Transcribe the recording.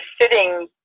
sitting